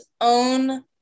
own